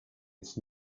its